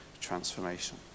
transformation